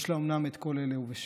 יש לה אומנם את כל אלה בשפע,